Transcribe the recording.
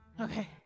okay